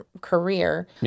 career